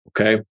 Okay